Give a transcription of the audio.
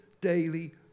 daily